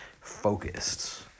focused